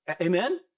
Amen